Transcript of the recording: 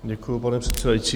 Děkuji, pane předsedající.